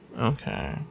Okay